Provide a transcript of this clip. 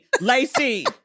Lacey